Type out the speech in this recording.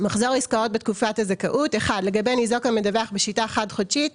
"מחזור עסקאות בתקופת הזכאות" לגבי ניזוק המדווח בשיטה חד-חודשית,